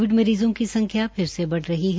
Covid मरीजों की संख्या फिर से बढ़ रही है